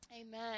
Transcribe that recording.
Amen